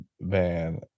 man